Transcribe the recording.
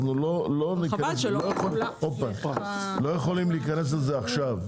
אנחנו לא יכולים להיכנס לזה עכשיו.